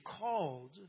called